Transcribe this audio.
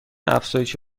افزایش